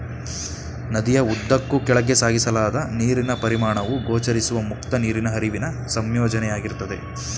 ನದಿಯ ಉದ್ದಕ್ಕೂ ಕೆಳಕ್ಕೆ ಸಾಗಿಸಲಾದ ನೀರಿನ ಪರಿಮಾಣವು ಗೋಚರಿಸುವ ಮುಕ್ತ ನೀರಿನ ಹರಿವಿನ ಸಂಯೋಜನೆಯಾಗಿರ್ತದೆ